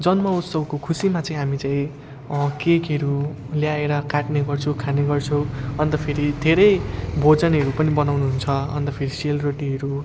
जन्म उत्सवको खुसीमा चाहिँ हामी चाहिँ केकहरू ल्याएर काट्ने गर्छौँ खाने गर्छौँ अन्त फेरि धेरै भोजनहरू पनि बनाउनुहुन्छ अन्त फेरि सेलरोटीहरू